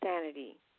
sanity